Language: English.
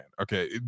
Okay